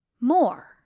More